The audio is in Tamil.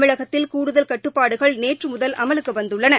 தமிழகத்தில் கூடுதல் கட்டுப்பாடுகள் நேற்று முதல் அமலுக்கு வந்துள்ளன